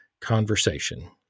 conversation